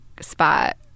spot